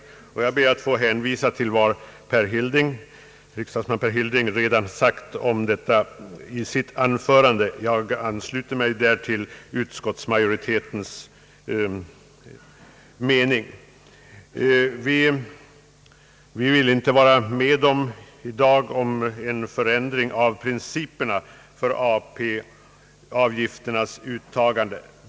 Vi kan inte acceptera det förslag till en förändring av principerna för AP-avgifternas uttagande som föreslås i högermotionen. Jag ber att få hänvisa till vad herr Hilding redan har sagt härom i sitt anförande. Jag ansluter mig i denna fråga till utskottsmajoritetens mening.